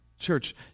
Church